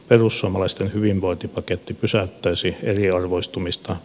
perussuomalaisten hyvinvointipaketti pysäyttäisi eriarvoistumista